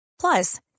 Plus